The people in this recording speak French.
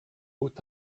hautes